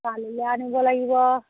ছোৱালীলৈ আনিব লাগিব